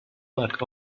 luck